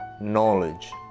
knowledge